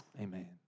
Amen